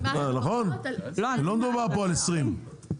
לא מדובר פה על 2020?